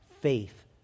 faith